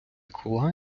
кола